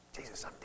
Jesus